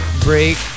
break